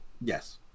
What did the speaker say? Yes